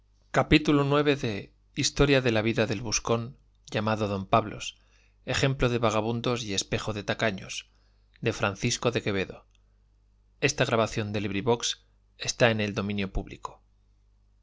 gutenberg ebook historia historia de la vida del buscón llamado don pablos ejemplo de vagamundos y espejo de tacaños de francisco de quevedo y villegas libro primero capítulo i en que